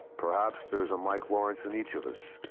perhaps there is a mike lawrence in each of us,